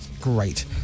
Great